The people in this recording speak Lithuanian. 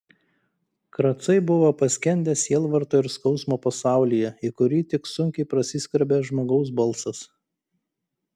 kracai buvo paskendę sielvarto ir skausmo pasaulyje į kurį tik sunkiai prasiskverbė žmogaus balsas